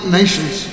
nations